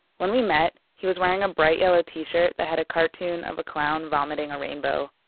when we met he was wearing a bright yellow t-shirt that had a cartoon of a clown vomiting a rainbow.